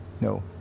No